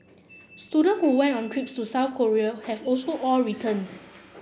students who went on trips to South Korea have also all returned